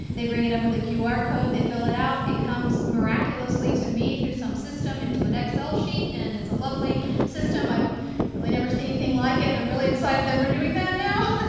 they bring it up with a qr code, they fill it out, it comes miraculously to me through some system into an ah xl sheet, and it's a lovely system. i've really never seen anything like it, and i'm really excited that we're doing that now.